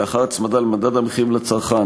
לאחר הצמדה למדד המחירים לצרכן,